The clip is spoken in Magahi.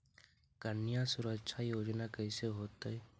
कन्या सुरक्षा योजना कैसे होतै?